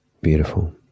Beautiful